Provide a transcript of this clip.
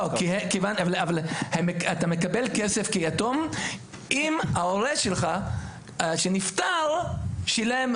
אתה מקבל כסף כיתום אם ההורה שלך שנפטר, שילם.